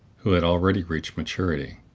who had already reached maturity.